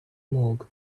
morgue